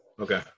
Okay